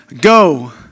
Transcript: Go